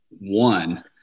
one